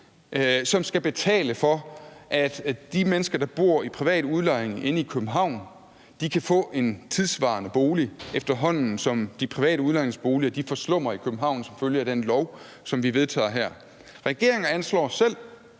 som skal betale for, at de mennesker, der bor i privat udlejning inde i København, kan få en tidssvarende bolig, efterhånden som de private udlejningsboliger forslummer i København som følge af den lov, som vi vedtager her. Regeringen anslår selv,